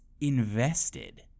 invested